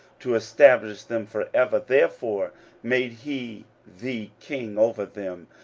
to establish them for ever, therefore made he thee king over them,